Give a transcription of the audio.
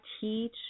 teach